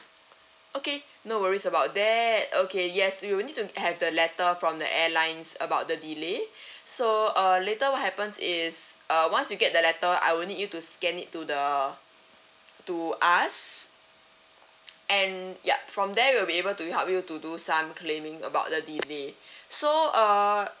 okay no worries about that okay yes we would need to have the letter from the airlines about the delay so uh later what happens is uh once you get the letter I will need you to scan it to the to us and yup from there we will be able to help you to do some claiming about the delay so uh